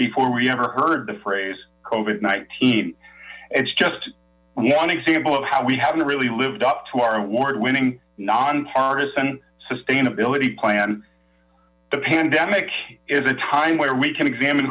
before we ever heard the phrase covid nineteen it's just one example of how we haven't really lived up to our award winning nonpartisan sustainability plan the pandemic is a time where we can examine